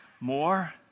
more